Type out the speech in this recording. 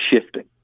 shifting